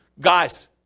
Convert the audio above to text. guys